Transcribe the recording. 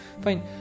Fine